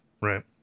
Right